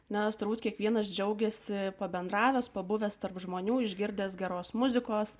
nors turbūt kiekvienas džiaugiasi pabendravęs pabuvęs tarp žmonių išgirdęs geros muzikos